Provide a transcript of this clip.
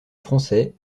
français